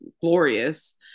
glorious